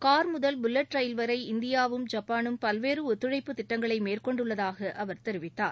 car முதல் bullet rail வரை இந்தியாவும் ஜப்பானும் பல்வேறு ஒத்துழைப்புத் திட்டங்களை மேற்கொண்டுள்ளதாக அவர் தெரிவித்தார்